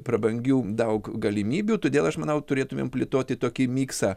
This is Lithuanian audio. prabangių daug galimybių todėl aš manau turėtumėm plėtoti tokį miksą